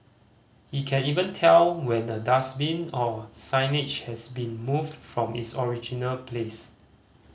he can even tell when a dustbin or signage has been moved from its original place